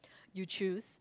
you choose